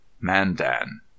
mandan